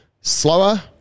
slower